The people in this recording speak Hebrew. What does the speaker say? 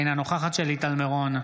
אינה נוכחת שלי טל מירון,